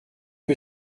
que